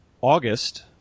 August